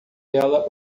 ela